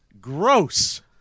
Gross